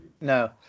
no